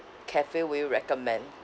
cafe will you recommend